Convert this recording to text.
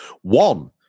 One